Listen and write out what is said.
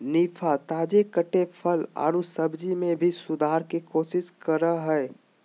निफा, ताजे कटे फल आऊ सब्जी में भी सुधार के कोशिश करा हइ